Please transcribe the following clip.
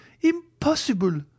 impossible